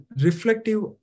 reflective